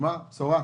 תשמע בשורה.